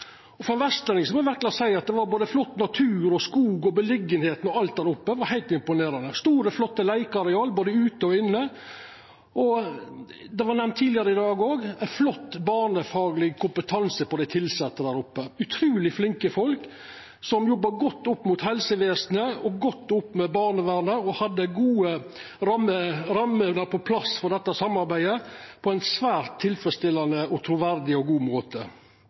var flott, både med naturen, skogen og plasseringa. Alt der oppe var heilt imponerande, store og flotte leikeareal både ute og inne – det var òg nemnt tidlegare i dag – flott barnefagleg kompetanse hos dei tilsette, utruleg flinke folk som jobbar godt opp mot helsevesenet og godt opp mot barnevernet, og som hadde gode rammer på plass for dette samarbeidet på ein svært tilfredsstillande, truverdig og god måte.